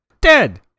dead